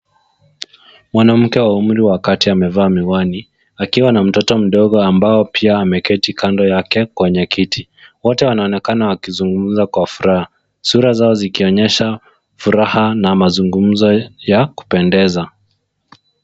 Mwanamke wa umri wa kati amevaa miwani akiwa na mtoto mdogo ambao pia ameketi kando yake kwenye kiti. Wote wanaonekana wakizungumza kwa furaha, sura zao zikionyesha furaha na mazungumzo ya kupendeza.